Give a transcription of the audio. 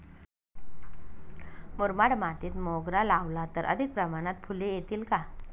मुरमाड मातीत मोगरा लावला तर अधिक प्रमाणात फूले येतील का?